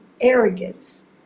arrogance